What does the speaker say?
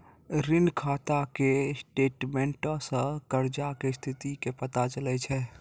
ऋण खाता के स्टेटमेंटो से कर्जा के स्थिति के पता चलै छै